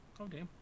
Okay